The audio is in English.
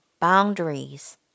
boundaries